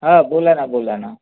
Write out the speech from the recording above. बोला ना बोला ना